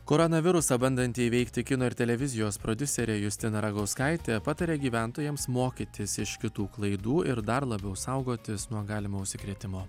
koronavirusą bandantį įveikti kino ir televizijos prodiuserė justina ragauskaitė pataria gyventojams mokytis iš kitų klaidų ir dar labiau saugotis nuo galimo užsikrėtimo